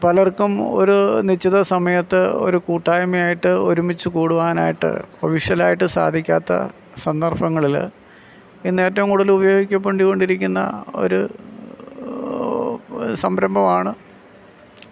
പലർക്കും ഒരു നിശ്ചിത സമയത്ത് ഒരു കൂട്ടായ്മയായിട്ട് ഒരുമിച്ചു കൂടുവാനായിട്ട് ഇപ്പം വിഷ്വൽ ആയിട്ട് സാധിക്കാത്ത സന്ദർഭങ്ങളിൽ ഇന്ന് ഏറ്റവും കൂടുതൽ ഉപയോഗിക്കപ്പെട്ടുകൊണ്ടിരിക്കുന്ന ഒരു ഒരു സംരംഭമാണ്